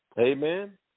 Amen